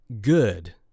good